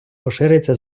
поширюється